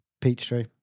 Peachtree